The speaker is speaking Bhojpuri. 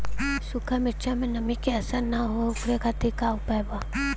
सूखा मिर्चा में नमी के असर न हो ओकरे खातीर का उपाय बा?